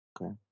Okay